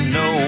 no